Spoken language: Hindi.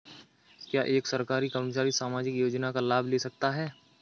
क्या एक सरकारी कर्मचारी सामाजिक योजना का लाभ ले सकता है?